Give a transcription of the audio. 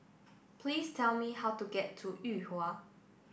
please tell me how to get to Yuhua